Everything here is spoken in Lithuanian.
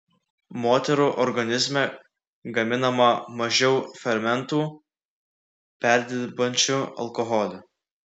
moterų organizme gaminama mažiau fermentų perdirbančių alkoholį